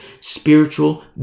spiritual